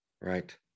Right